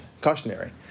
cautionary